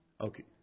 Okay